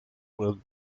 with